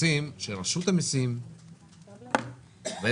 שרשות המיסים,